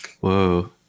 Whoa